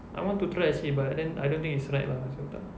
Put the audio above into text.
I want to try actually but then I don't think it's right lah macam tak